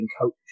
coach